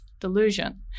delusion